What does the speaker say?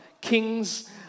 kings